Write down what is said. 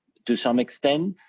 to some extent.